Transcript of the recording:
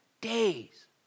days